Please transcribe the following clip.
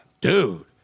dude